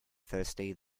thursday